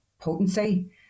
potency